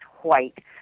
white